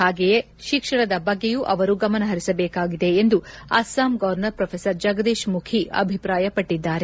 ಪಾಗೆಯೇ ಶಿಕ್ಷಣದ ಬಗ್ಗೆಯೂ ಅವರು ಗಮನಹರಿಸಬೇಕಾಗಿದೆ ಎಂದು ಅಸ್ಲಾಂ ಗವರ್ನರ್ ಪ್ರೊ ಜಗದೀಶ್ ಮುಖಿ ಅಭಿಪ್ರಾಯಪಟ್ಟದ್ದಾರೆ